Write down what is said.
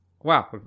Wow